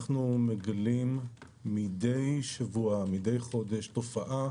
אנחנו מגלים מידי שבוע, מידי חודש, תופעה